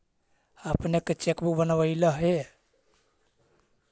अपने के cheque book बनवइला हे